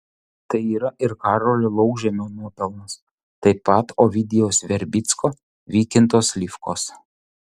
tai yra ir karolio laukžemio nuopelnas taip pat ovidijaus verbicko vykinto slivkos